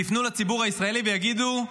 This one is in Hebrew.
ויפנו לציבור הישראלי ויגידו: